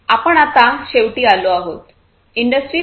आपण आता शेवटी आलो आहोत इंडस्ट्री 4